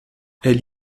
elle